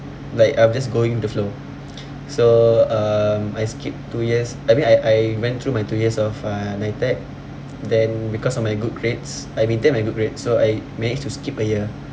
like I'm just going with the flow so um I skipped two years I mean I I went through my two years of uh NITEC then because of my good grades I maintain my good grade so I managed to skip a year